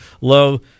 low